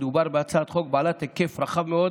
מדובר בהצעת חוק בעלת היקף רחב מאוד,